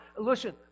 listen